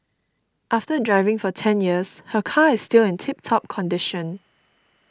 after driving for ten years her car is still in tip top condition